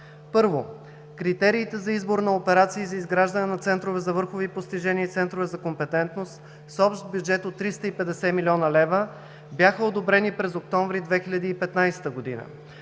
Първо, критериите за избор на операции за изграждане на центрове за върхови постижения и центрове за компетентност с общ бюджет от 350 млн. лв. бяха одобрени през месец октомври 2015 г.